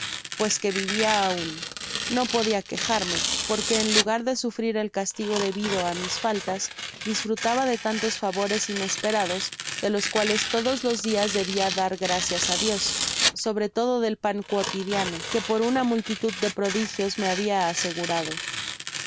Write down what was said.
pues qae vivia aun no podia quejarme porque en lugar de sufrir el castigo debido á mis faltas disfrutaba de tantos favores inesperados de los cuales todos los dias debia dar gracias á dios sobre todo del pan cuotidiano que por una multitud de prodigios me habia asegurado